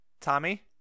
Tommy